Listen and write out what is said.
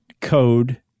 code